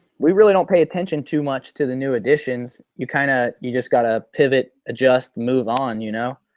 we really don't pay attention too much to the new editions. you kind of. you just got a pivot, adjust, move on you know.